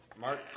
Mark